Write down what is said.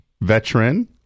Veteran